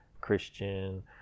christian